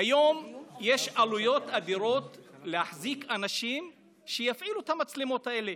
היום יש עלויות אדירות להחזיק אנשים שיפעילו את המצלמות האלה.